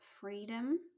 freedom